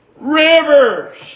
Rivers